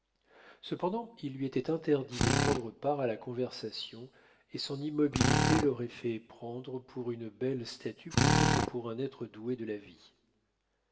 cependant il lui était interdit de prendre part à la conversation et son immobilité l'aurait fait prendre pour une belle statue plutôt que pour un être doué de la vie